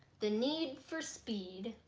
the need for speed